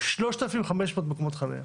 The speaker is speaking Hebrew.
נתפסו 3,500 מקומות חניה.